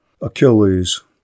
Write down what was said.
Achilles